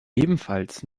ebenfalls